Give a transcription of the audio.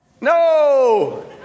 No